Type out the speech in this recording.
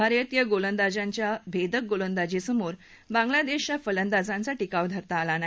भारतीय गोलंदाजांच्या भेदक गोलंदाजीसमोर बांगलादेशच्या फलंदाजाना टीकाव धरता आला नाही